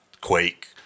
quake